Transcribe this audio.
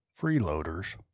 Freeloaders